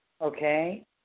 Okay